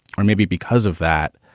or maybe because of that,